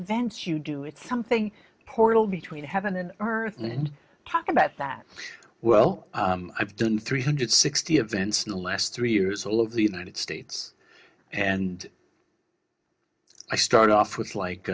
events you do it's something portal between heaven and earth and talk about that well i've done three hundred sixty events in the last three years all of the united states and i start off with like